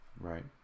Right